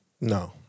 No